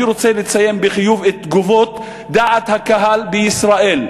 אני רוצה לציין בחיוב את תגובות דעת הקהל בישראל.